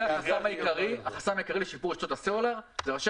החסם העיקרי לשיפור רשתות הסלולר זה ראשי